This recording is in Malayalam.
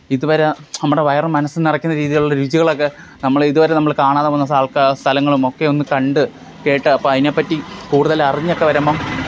ഇതുവരെ നമ്മുടെ വയറും മനസ്സും നിറയ്ക്കുന്ന രീതിയിലുള്ള രുചികളൊക്കെ നമ്മൾ ഇതുവരെ നമ്മൾ കാണാതെ പോകുന്ന ആൾക്ക സ്ഥലങ്ങളുമൊക്കെ ഒന്ന് കണ്ട് കേട്ട് അപ്പോഴതിനെപ്പറ്റി കൂടുതൽ അറിഞ്ഞൊക്കെ വരുമ്പോള്